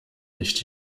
nicht